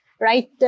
right